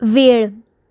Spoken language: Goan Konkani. वेळ